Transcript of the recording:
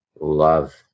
love